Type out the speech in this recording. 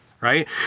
Right